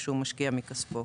שמשקיע מכספו.